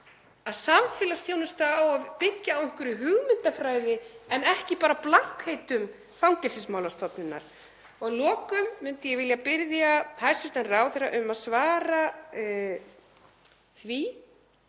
Samfélagsþjónusta á að byggja á einhverri hugmyndafræði en ekki bara blankheitum Fangelsismálastofnunar. Að lokum myndi ég vilja biðja hæstv. ráðherra um að svara því,